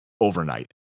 overnight